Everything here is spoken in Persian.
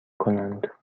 کنند